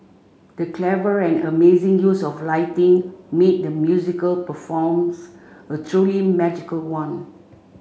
the clever and amazing use of lighting made the musical performs a truly magical one